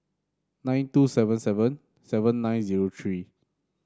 nine two seven seven seven nine zero three